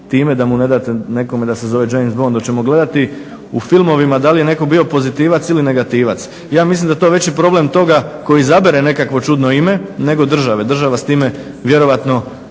da ne date nekome da se zove James Bond? Hoćemo gledati u filmovima da li je netko bio pozitivac ili negativac? Ja mislim da je to veći problem toga koji izabere nekakvo čudno ime nego države. Država s time vjerojatno